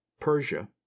persia